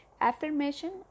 affirmation